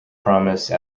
promise